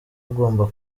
ugomba